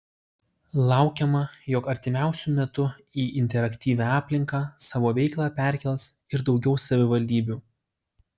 laukiama jog artimiausiu metu į interaktyvią aplinką savo veiklą perkels ir daugiau savivaldybių